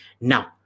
Now